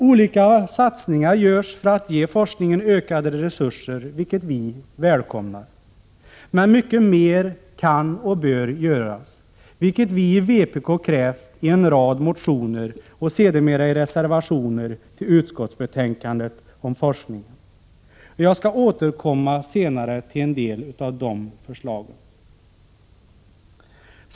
Olika satsningar görs för att ge forskningen ökade resurser, vilket vi välkomnar. Men mycket mer kan och bör göras. Det har vi i vpk krävt i en rad motioner och sedermera i reservationer till utskottsbetänkandena om forskningen. Jag skall återkomma senare till en del av de förslagen.